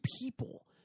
people